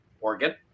Oregon